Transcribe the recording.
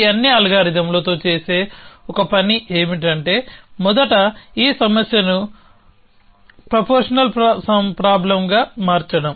ఈ అన్ని అల్గారిథమ్లతో చేసే ఒక పని ఏమిటంటే మొదట ఈ సమస్యను ప్రొఫార్మాషనల్ సమస్యగా మార్చడం